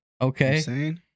Okay